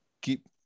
keep